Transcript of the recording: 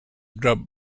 grub